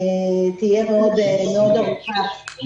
תהיה מאוד ארוכה.